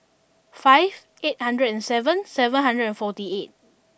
five eight hundred and seven seven hundred and forty eight